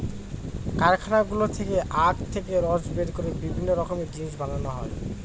কারখানাগুলো থেকে আখ থেকে রস বের করে বিভিন্ন রকমের জিনিস বানানো হয়